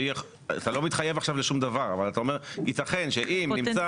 אתה לא מתחייב עכשיו לשום דבר אבל אתה אומר: ייתכן שאם נמצא